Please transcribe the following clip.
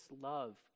love